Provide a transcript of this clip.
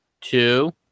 two